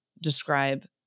describe